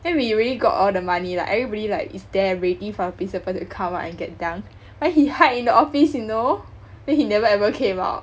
then we really got all the money lah everybody like is there ready for the principle to come out and get dunked but he hide in the office you know then he never ever came out